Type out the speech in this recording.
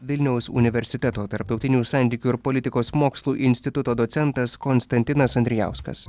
vilniaus universiteto tarptautinių santykių ir politikos mokslų instituto docentas konstantinas andrijauskas